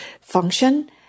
function